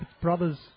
brothers